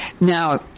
Now